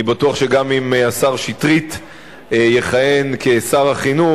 אני בטוח שגם אם השר שטרית יכהן כשר החינוך,